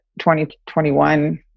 2021